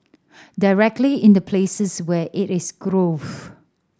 directly in the places where it is grown